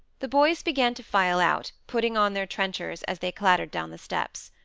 the boys began to file out, putting on their trenchers, as they clattered down the steps.